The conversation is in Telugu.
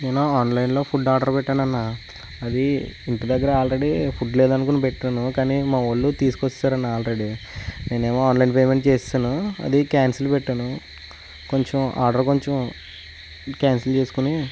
నేను ఆన్లైన్లో ఫుడ్ ఆర్డర్ పెట్టాను అన్న అది ఇంటి దగ్గర ఆల్రెడీ ఫుడ్ లేదనుకొని పెట్టాను కానీ మావాళ్ళు తీసుకొచ్చేశారు అన్న ఆల్రెడీ నేనేమో ఆన్లైన్ పేమెంట్ చేసేసాను అది కాన్సిల్ పెట్టాను కొంచెం ఆర్డర్ కొంచెం క్యాన్సల్ చేసుకొని